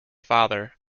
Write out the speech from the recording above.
father